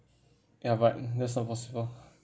ya but that's not possible